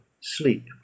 sleep